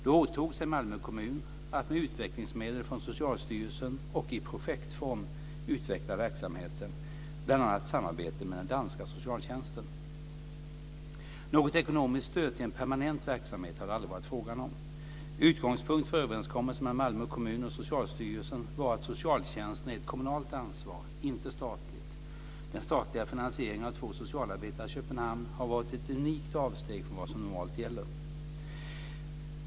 Då åtog sig Malmö kommun, att med utvecklingsmedel från Socialstyrelsen och i projektform utveckla verksamheten, bl.a. samarbetet med den danska socialtjänsten. Något ekonomiskt stöd till en permanent verksamhet har det aldrig varit fråga om. Utgångspunkt för överenskommelsen mellan Malmö kommun och Socialstyrelsen var att socialtjänsten är ett kommunalt ansvar, inte statligt. Den statliga finansieringen av två socialarbetare i Köpenhamn har varit ett unikt avsteg från vad som normalt gäller.